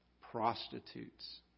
Prostitutes